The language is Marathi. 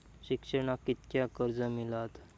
शिक्षणाक कीतक्या कर्ज मिलात?